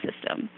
system